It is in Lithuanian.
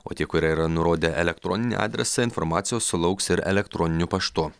o tie kurie yra nurodę elektroninį adresą informacijos sulauks ir elektroniniu paštu